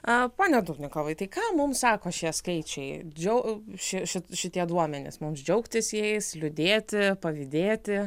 a pone dubnikovai tai ką mums sako šie skaičiai džiau ši šit šitie duomenys mums džiaugtis jais liūdėti pavydėti